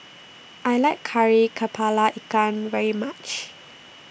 I like Kari Kepala Ikan very much